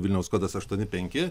vilniaus kodas aštuoni penki